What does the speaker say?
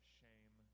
shame